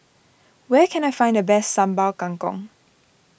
where can I find the best Sambal Kangkong